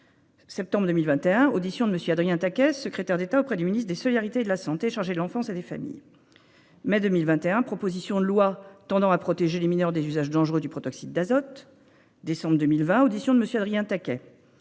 Septembre 2021, audition de monsieur Adrien taquet, secrétaire d'État auprès du ministre des solidarités et de la santé chargé de l'enfance et des familles. Mai 2021 propositions de loi tendant à protéger les mineurs des usages dangereux du protoxyde d'azote. Décembre 2020, audition de monsieur Adrien Taquet.